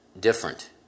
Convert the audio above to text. different